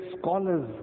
scholars